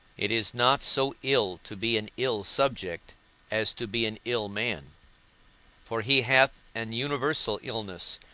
it is not so ill to be an ill subject as to be an ill man for he hath an universal illness,